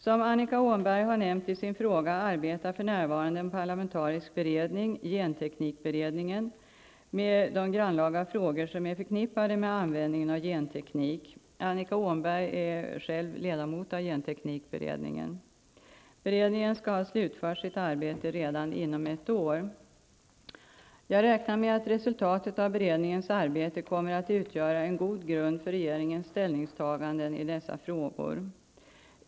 Som Annika Åhnberg har nämnt i sin fråga, arbetar för närvarande en parlamentarisk beredning, genteknikberedningen, med de grannlaga frågor som är förknippade med användningen av genteknik. Annika Åhnberg är själv ledamot av genteknikberedningen. Beredningen skall ha slutfört sitt arbete redan inom ett år. Jag räknar med att resultatet av beredningens arbete kommer att utgöra en god grund för regeringens ställningstaganden i dessa frågor.